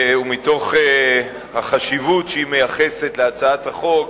ומתוך החשיבות שהיא מייחסת להצעת החוק,